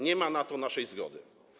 Nie ma na to naszej zgody.